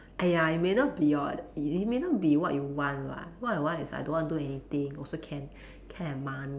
!aiya! it may not be your it it may not be what you want [what] what I want is I don't want do anything also can can have money